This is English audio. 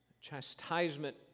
Chastisement